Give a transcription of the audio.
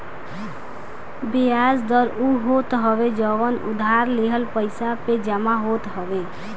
बियाज दर उ होत हवे जवन उधार लिहल पईसा पे जमा होत हवे